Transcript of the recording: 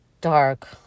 dark